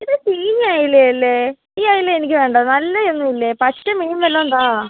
ഇത് ചീഞ്ഞ അയല അല്ലേ ഈ അയല എനിക്ക് വേണ്ട നല്ലതൊന്നും ഇല്ലേ പച്ച മീൻ വല്ലതും താ